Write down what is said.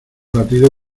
latido